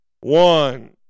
One